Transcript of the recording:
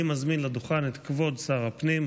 אני מזמין לדוכן את כבוד שר הפנים,